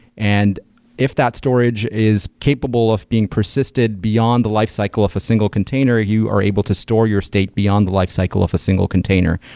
and if that storage is capable of being persisted beyond the lifecycle of a single container, you are able to store your state beyond the lifecycle of a single container.